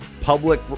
public